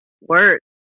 work